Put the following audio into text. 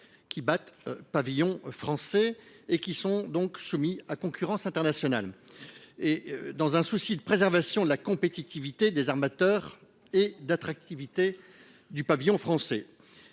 également pavillon français et soumises à concurrence internationale, dans un souci de préservation de la compétitivité des armateurs et d’attractivité du pavillon français.